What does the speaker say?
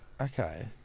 Okay